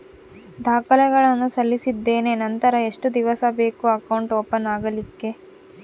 ದಾಖಲೆಗಳನ್ನು ಸಲ್ಲಿಸಿದ್ದೇನೆ ನಂತರ ಎಷ್ಟು ದಿವಸ ಬೇಕು ಅಕೌಂಟ್ ಓಪನ್ ಆಗಲಿಕ್ಕೆ?